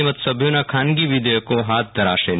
તેમજ સભ્યોના ખાનગી વિધેયકો હાથ ધરાશે નહીં